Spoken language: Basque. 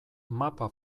mapa